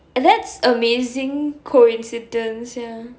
that's amazing coincidence ya